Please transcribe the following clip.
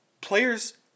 players